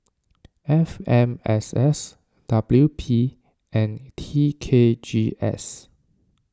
F M S S W P and T K G S